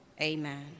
Amen